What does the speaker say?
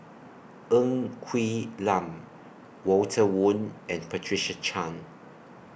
Ng Quee Lam Walter Woon and Patricia Chan